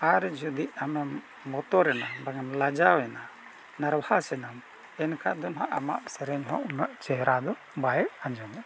ᱟᱨ ᱡᱩᱫᱤ ᱟᱢᱮᱢ ᱵᱚᱛᱚᱨᱮᱱᱟ ᱵᱟᱢᱮᱢ ᱞᱟᱡᱟᱣ ᱮᱱᱟ ᱱᱟᱨᱵᱷᱟᱥ ᱮᱱᱟᱢ ᱮᱱ ᱠᱷᱟᱱ ᱫᱚ ᱦᱟᱸᱜ ᱟᱢᱟᱜ ᱥᱮᱨᱮᱧ ᱦᱚᱸ ᱩᱱᱟᱹᱜ ᱪᱮᱦᱨᱟ ᱫᱚ ᱵᱟᱭ ᱟᱸᱡᱚᱢᱮᱜᱼᱟ